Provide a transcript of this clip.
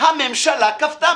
הממשלה כפתה,